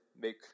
make